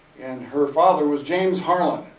and her father was james harlan.